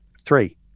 three